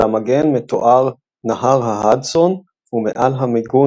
על המגן מתואר נהר ההדסון ומעל המגון